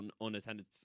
unattended